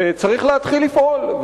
וצריך להתחיל לפעול.